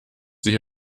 sich